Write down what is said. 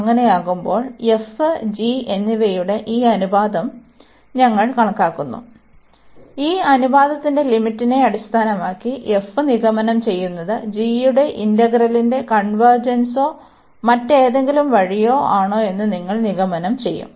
അങ്ങനെയാകുമ്പോൾ f g എന്നിവയുടെ ഈ അനുപാതം ഞങ്ങൾ കണക്കാക്കുന്നു ഈ അനുപാതത്തിന്റെ ലിമിറ്റിനെ അടിസ്ഥാനമാക്കി f നിഗമനം ചെയ്യുന്നത് g യുടെ ഇന്റഗ്രലിന്റെ കൺവെർജെൻസൊ മറ്റേതെങ്കിലും വഴിയോ ആണോ എന്ന് നിങ്ങൾ നിഗമനം ചെയ്യും